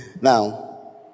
Now